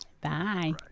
Bye